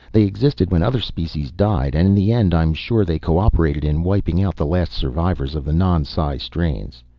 they existed when other species died, and in the end i'm sure they co-operated in wiping out the last survivors of the non-psi strains.